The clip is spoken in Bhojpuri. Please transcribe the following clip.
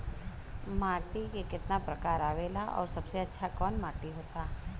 माटी के कितना प्रकार आवेला और सबसे अच्छा कवन माटी होता?